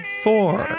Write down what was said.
four